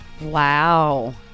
Wow